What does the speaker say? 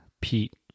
Pete